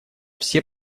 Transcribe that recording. все